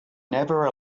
never